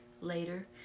later